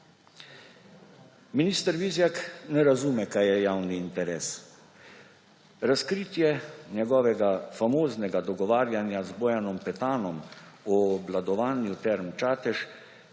Minister Vizjak ne razume, kaj je javni interes. Razkritje njegovega famoznega dogovarjanja z Bojanom Petanom o obvladovanju Term Čatež